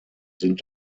sind